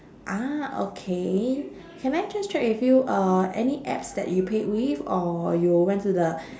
ah okay can I just check with you uh any apps that you paid with or you went to the